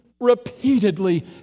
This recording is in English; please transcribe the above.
repeatedly